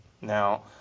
Now